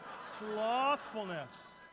Slothfulness